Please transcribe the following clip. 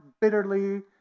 bitterly